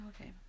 Okay